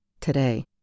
today